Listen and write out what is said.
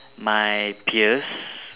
my peers